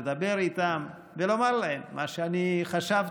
לדבר איתם ולומר להם מה שאני חשבתי,